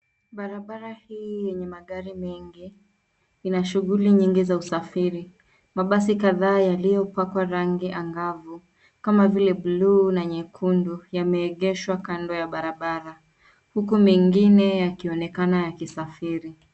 Barabara hii yenye magari mengi, ina shughuli nyingi za usafiri, mabasi kadhaa yaliopakwa rangi, angavu, kama vile bluu, na nyekundu, yameegeshwa kando ya barabara, huku mengine yakionekana yakisafiri.